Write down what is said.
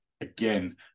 again